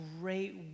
great